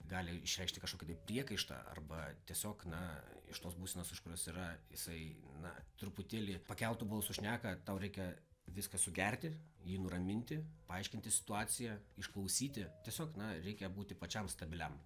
gali išreikšti kažkokį priekaištą arba tiesiog na iš tos būsenos iš kurios yra jisai na truputėlį pakeltu balsu šneka tau reikia viską sugerti jį nuraminti paaiškinti situaciją išklausyti tiesiog na reikia būti pačiam stabiliam